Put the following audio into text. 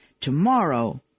tomorrow